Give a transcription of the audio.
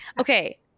Okay